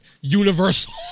universal